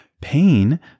pain